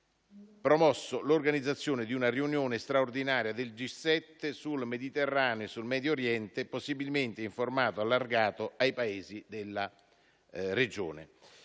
promosso l'organizzazione di una riunione straordinaria del G7 sul Mediterraneo e sul Medio Oriente, possibilmente in formato allargato ai Paesi della Regione.